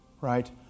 right